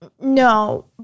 No